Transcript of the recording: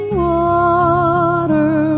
water